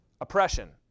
oppression